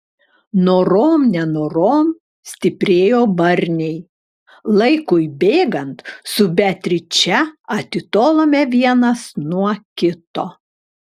norom nenorom stiprėjo barniai laikui bėgant su beatriče atitolome vienas nuo kito